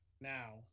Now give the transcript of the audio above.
now